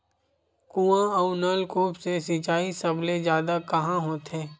कुआं अउ नलकूप से सिंचाई सबले जादा कहां होथे?